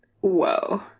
whoa